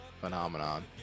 phenomenon